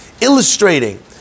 illustrating